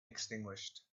extinguished